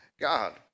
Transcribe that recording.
God